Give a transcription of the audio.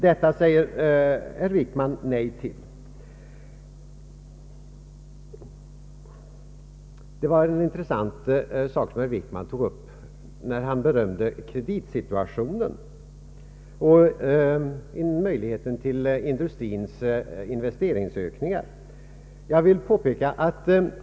Men herr Wickman säger nej till detta. Herr Wickman tog upp en intressant sak när han bedömde kreditsituationen och möjligheten till ökade investeringar för industrin.